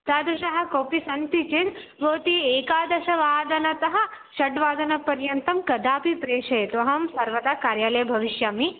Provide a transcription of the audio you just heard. तादृशः कोपि सन्ति चेत् भवती एकादशवादनतः षड्वादनपर्यन्तं कदापि प्रेषयतु अहं सर्वदा कार्यालये भविष्यामि